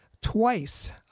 Twice